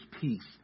peace